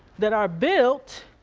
that are built